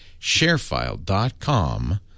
sharefile.com